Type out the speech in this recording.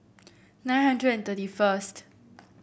nine hundred and thirty first